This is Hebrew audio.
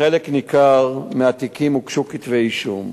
בחלק ניכר מהתיקים הוגשו כתבי אישום.